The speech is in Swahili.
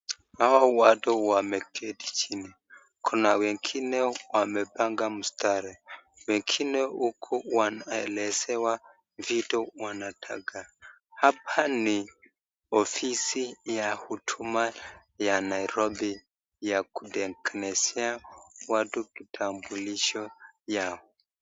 Hawa watu wameketi chini kuna wengine wamepanga mstari, wengine huku wanaelezewa vitu wanataka . Hapa ni ofisi ya huduma ya Nairobi ya kutengenezea watu kitambulisho yao.